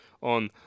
on